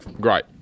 great